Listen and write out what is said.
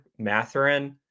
Matherin